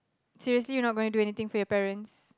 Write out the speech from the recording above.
seriously you're not going to do anything for your parents